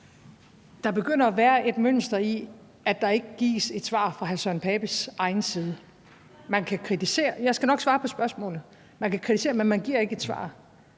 Der begynder at være et mønster i, at der ikke gives et svar fra hr. Søren Pape Poulsens egen side. Man kan kritisere – og jeg skal nok svare